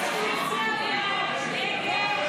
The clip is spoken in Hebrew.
הסתייגות 546